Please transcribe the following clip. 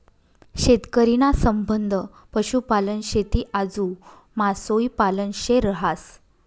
शेतकरी ना संबंध पशुपालन, शेती आजू मासोई पालन शे रहास